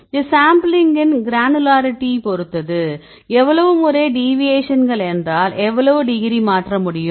இது சாம்பிளிங்கின் கிரானுலாரிட்டியைப் பொறுத்தது எவ்வளவு முறை டிவியேஷன்ஸ் என்றால் எவ்வளவு டிகிரி மாற்ற முடியும்